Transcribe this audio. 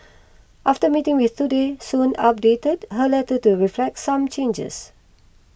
after meeting with Today Soon updated her letter to reflect some changes